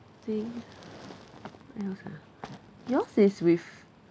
think what else ah yours is with